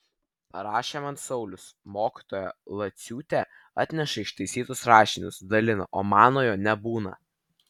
parašė man saulius mokytoja lauciūtė atneša ištaisytus rašinius dalina o manojo nebūna